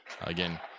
again